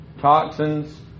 Toxins